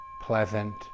pleasant